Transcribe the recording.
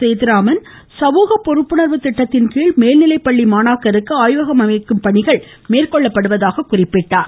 சேதுராமன் சமூக பொறுப்புணர்வு திட்டத்தின்கீழ் மேல்நிலைப்பள்ளி மாணாக்கருக்கு ஆய்வகம் அமைக்கும் பணிகள் மேற்கொள்ளப்படுவதாக கூறினார்